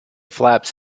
flaps